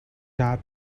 tar